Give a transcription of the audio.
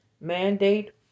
mandate